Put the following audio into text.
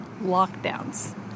lockdowns